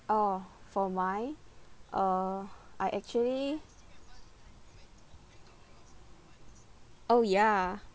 oh for my uh I actually oh ya